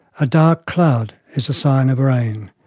a dark cloud is a sign of rain.